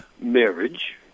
marriage